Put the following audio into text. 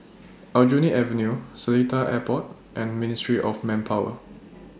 Aljunied Avenue Seletar Airport and Ministry of Manpower